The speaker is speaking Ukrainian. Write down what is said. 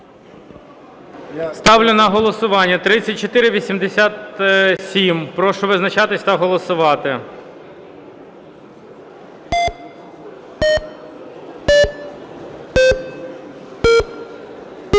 Ставлю на голосування 2114. Прошу визначатись та голосувати. 13:30:49